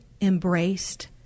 embraced